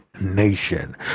nation